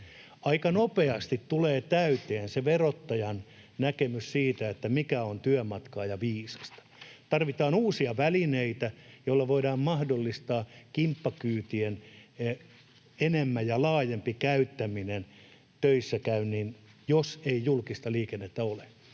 Aika nopeasti tulee täyteen se verottajan näkemys siitä, mikä on työmatkaa ja viisasta. Tarvitaan uusia välineitä, joilla voidaan mahdollistaa kimppakyytien enempi ja laajempi käyttäminen töissäkäyntiin, jos ei julkista liikennettä ole.